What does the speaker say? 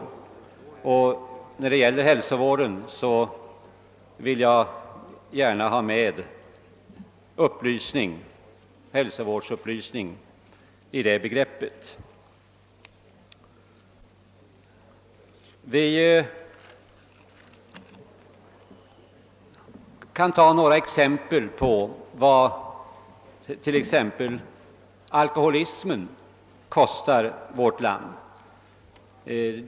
I begreppet hälsovård vill jag då gärna lägga in även hälsovårdsupplysning. Vi kan se på vad t.ex. alkoholismen kostar vårt land.